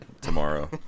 tomorrow